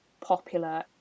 popular